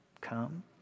come